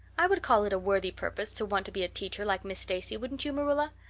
i would call it a worthy purpose to want to be a teacher like miss stacy, wouldn't you, marilla?